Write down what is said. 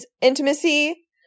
intimacy